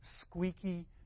squeaky